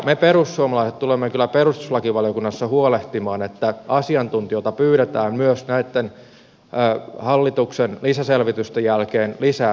me perussuomalaiset tulemme kyllä perustuslakivaliokunnassa huolehtimaan että asiantuntijoilta pyydetään myös näitten hallituksen lisäselvitysten jälkeen lisälausuntoja